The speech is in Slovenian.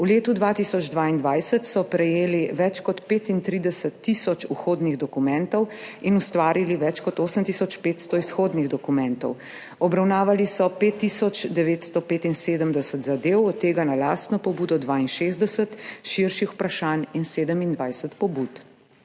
V letu 2022 so prejeli več kot 35 tisoč vhodnih dokumentov in ustvarili več kot osem tisoč 500 izhodnih dokumentov. Obravnavali so pet tisoč 975 zadev, od tega na lastno pobudo 62 širših vprašanj in 27 pobud.